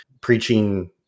preaching